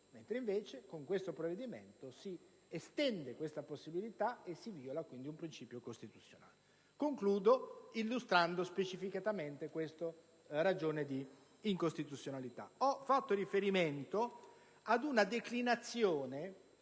Invece con questo provvedimento si estende questa possibilità e si viola quindi un principio costituzionale. Concludo illustrando specificamente la ragione della pregiudiziale di incostituzionalità. Ho fatto riferimento ad una declinazione